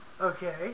Okay